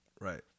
Right